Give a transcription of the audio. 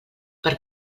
per